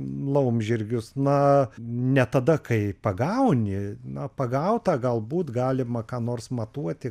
laumžirgius na ne tada kai pagauni na pagautą galbūt galima ką nors matuoti